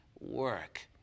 work